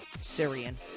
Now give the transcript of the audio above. Syrian